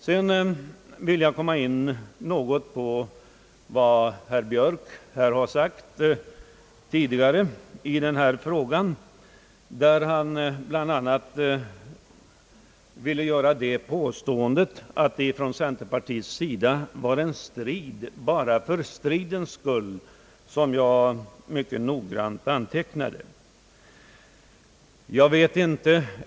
Sedan vill jag något gå in på vad herr Björk sagt tidigare i denna fråga. Han gjorde bland annat det påståendet — som jag mycket noggrant antecknade — att det från centerpartiets sida var en strid bara för stridens egen skull.